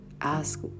ask